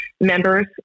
members